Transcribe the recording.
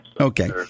Okay